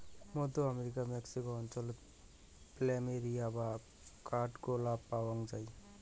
মধ্য আমেরিকার মেক্সিকো অঞ্চলাতে প্ল্যামেরিয়া বা কাঠগোলাপ পায়ং যাই